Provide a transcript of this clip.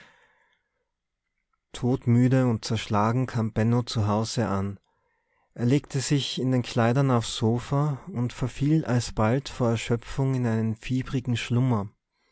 todmüde und zerschlagen kam benno zu hause an er legte sich in den kleidern aufs sofa und verfiel alsbald vor erschöpfung in einen fiebrigen schlummer